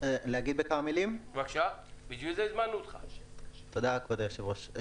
תודה, כבוד היושב-ראש.